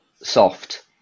soft